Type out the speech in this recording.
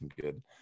good